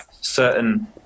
certain